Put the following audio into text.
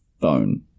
phone